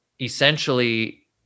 Essentially